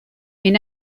min